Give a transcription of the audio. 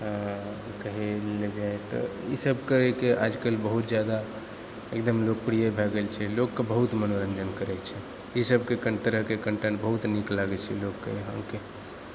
कहय लेल जाइ तऽ ईसभ करैके आजकल बहुत ज्यादा एकदम लोकप्रिय भए गेल छै लोकके बहुत मनोरञ्जन करैत छै ईसभ तरहके कन्टेन्ट बहुत नीक लागैत छै लोकके हमके